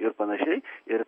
ir panašiai ir